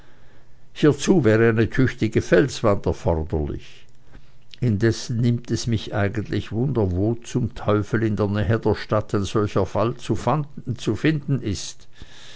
hiezu wäre eine tüchtige felswand erforderlich indessen nimmt es mich eigentlich wunder wo zum teufel in der nähe der stadt ein solcher fall zu finden ist